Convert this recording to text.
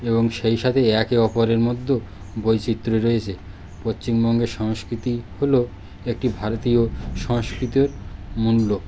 এবং সেই সাথে একে অপরের মধ্যেও বৈচিত্র্য রয়েছে পশ্চিমবঙ্গের সংস্কৃতি হলো একটি ভারতীয় সংস্কৃতির মূল্য